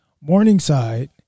Morningside